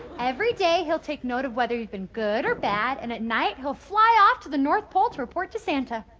every day he'll take note of whether you've been good or bad and at night he'll fly off to the north pole to report to santa.